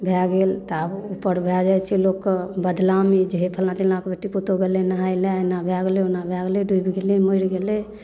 भए गेल तऽ आब उपर भए जाइ छै लोकके बदनामी जे हे फल्लाँ चिल्लाँके बेटी पुतहु गेलै नहाइ लऽ एना भए गेलै ओना भए गेलै डुबि गेलै मरि गेलै